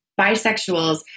bisexuals